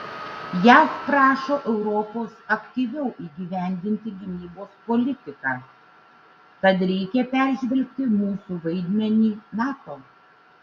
jav prašo europos aktyviau įgyvendinti gynybos politiką tad reikia peržvelgti mūsų vaidmenį nato